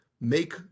make